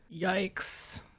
yikes